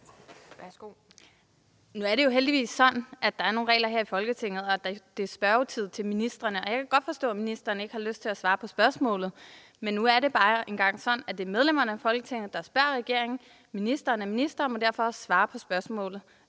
(S): Nu er det jo heldigvis sådan, at der er nogle regler her i Folketinget, og det er spørgetid til ministrene. Jeg kan godt forstå, at ministeren ikke har lyst til at svare på spørgsmålet, men det er nu engang sådan, at det er medlemmerne af Folketinget, der spørger regeringen, og ministeren må derfor svare på spørgsmålet.